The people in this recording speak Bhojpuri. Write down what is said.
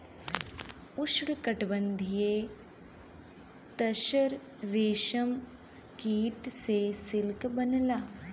उष्णकटिबंधीय तसर रेशम कीट से सिल्क बनला